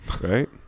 Right